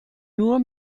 nur